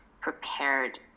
prepared